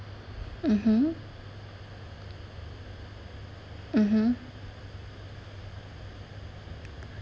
mmhmm mmhmm